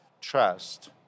trust